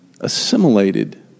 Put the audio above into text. assimilated